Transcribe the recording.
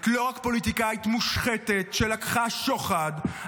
את לא רק פוליטיקאית מושחתת שלקחה שוחד,